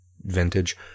vintage